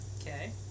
Okay